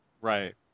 Right